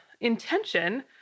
intention